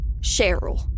Cheryl